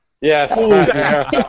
Yes